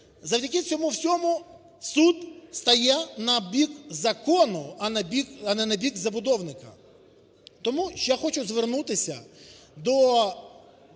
завдяки цьому всьому суд стає на бік закону, а не на бік забудовника. Тому я хочу звернутися до